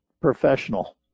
professional